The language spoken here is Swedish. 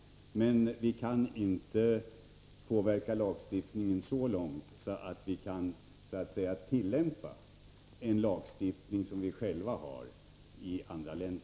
Men vi kan inte påverka så långt att vi kan tillämpa vår egen lagstiftning i andra länder.